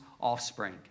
offspring